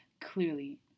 clearly